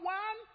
one